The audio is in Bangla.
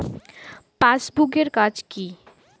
পাশবুক এর কাজ কি?